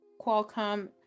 Qualcomm